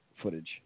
footage